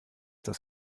das